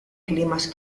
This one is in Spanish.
climas